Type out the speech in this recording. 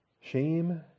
shame